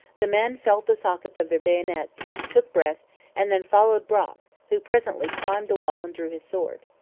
the men felt the sockets of their bayonets took breath and then followed brock, who presently climbed the wall and drew his sword.